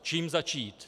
Čím začít?